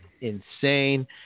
insane